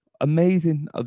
amazing